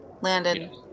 Landon